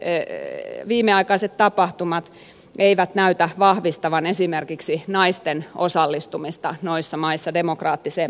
monet viimeaikaiset tapahtumat eivät näytä vahvistavan esimerkiksi naisten osallistumista noissa maissa demokraattiseen päätöksentekoon